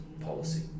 policy